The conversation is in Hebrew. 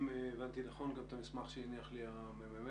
אם הבנתי נכון גם את המסמך שהניח לי הממ"מ,